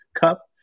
Cup